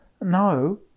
No